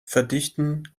verdichten